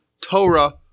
Torah